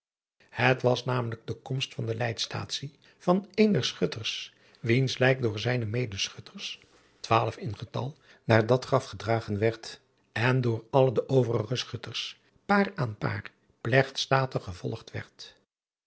et was namelijk de komst van de lijkstaatsie van een der chutters wiens lijk door zijne edeschutters driaan oosjes zn et leven van illegonda uisman twaalf in getal naar dat graf gedragen werd en door alle de overige chutters paar aan paar plegtstatig gevolgd werd